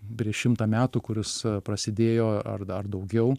prieš šimtą metų kuris prasidėjo ar dar daugiau